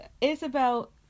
Isabel